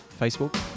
Facebook